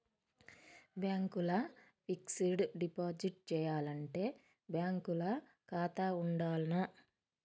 Bank ల fixed deposit చేయాలంటే bank ల ఖాతా ఉండాల్నా?